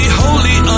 holy